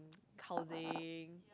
housing